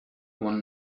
one